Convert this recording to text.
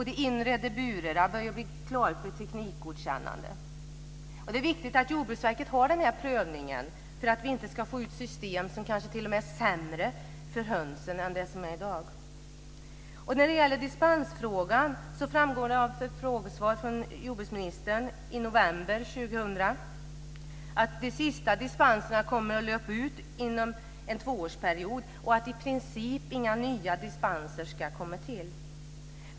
De inredda burarna börjar bli klara för teknikgodkännande. Det är viktigt att Jordbruksverket gör den här prövningen för att vi inte ska få ut system som kanske t.o.m. är sämre för hönsen än dagens system. Av ett frågesvar från jordbruksministern i november 2000 framgår det att de sista dispenserna kommer att löpa ut inom en tvåårsperiod. I princip ska inga nya dispenser komma till.